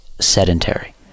sedentary